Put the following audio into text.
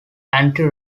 anti